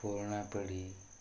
ପୁରୁଣା ପିଢ଼ି